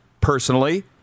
personally